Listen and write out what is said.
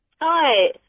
Hi